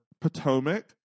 potomac